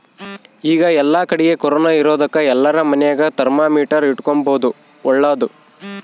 ಈಗ ಏಲ್ಲಕಡಿಗೆ ಕೊರೊನ ಇರೊದಕ ಎಲ್ಲಾರ ಮನೆಗ ಥರ್ಮಾಮೀಟರ್ ಇಟ್ಟುಕೊಂಬದು ಓಳ್ಳದು